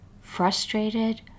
frustrated